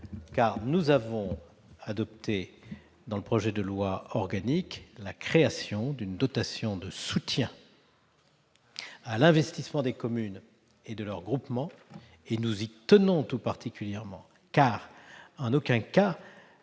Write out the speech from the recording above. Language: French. Nous avons introduit dans le projet de loi organique la création d'une dotation de soutien à l'investissement des communes et de leurs groupements ; nous y tenons tout particulièrement, car en aucun cas